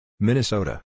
Minnesota